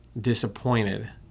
disappointed